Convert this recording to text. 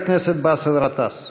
חבר הכנסת באסל גטאס.